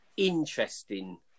Interesting